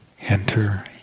enter